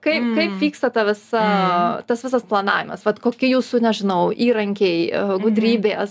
kai kaip vyksta ta visa tas visas planavimas vat koki jūsų nežinau įrankiai gudrybės